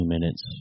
minutes